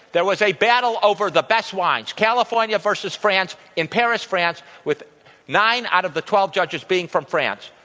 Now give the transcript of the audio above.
there was a battle over the best wines, california versus france in paris france, with nine out of the twelve judges being from france.